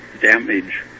damage